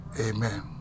amen